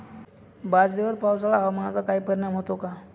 बाजरीवर पावसाळा हवामानाचा काही परिणाम होतो का?